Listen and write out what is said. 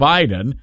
Biden